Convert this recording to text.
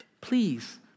please